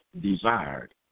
desired